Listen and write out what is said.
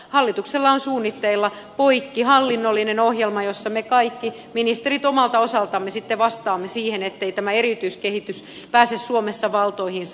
hallituksella on suunnitteilla poikkihallinnollinen ohjelma jossa me kaikki ministerit omalta osaltamme sitten vastaamme siihen ettei tämä eriytyskehitys pääse suomessa valtoihinsa